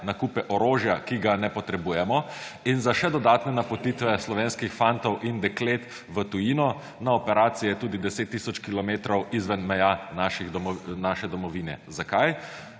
nakupe orožja, ki ga ne potrebujemo, in za še dodatne napotitve slovenskih fantov in deklet v tujino na operacije, tudi 10 tisoč kilometrov izven meja naše domovine. Za kaj?